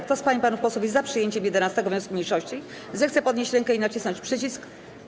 Kto z pań i panów posłów jest za przyjęciem 11. wniosku mniejszości, zechce podnieść rękę i nacisnąć przycisk.